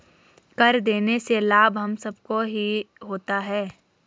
कर देने से लाभ हम सबको ही होता है